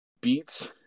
beats